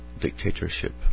dictatorship